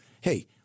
hey